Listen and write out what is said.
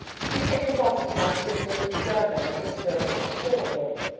he came from boston last year to live with his grandmother, mrs. irving of the shore road.